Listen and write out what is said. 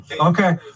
okay